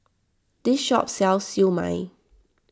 this shop sells Siew Mai